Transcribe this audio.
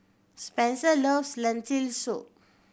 Spenser loves Lentil Soup